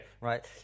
Right